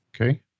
Okay